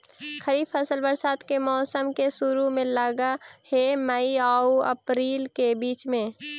खरीफ फसल बरसात के मौसम के शुरु में लग हे, मई आऊ अपरील के बीच में